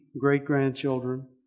great-grandchildren